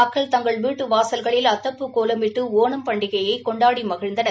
மக்கள் தங்கள் வீட்டு வாசல்களில் அத்தப்பூ கோலமிட்டு ஓணம் பண்டிகையை கொண்டாடி மகிழ்ந்தனர்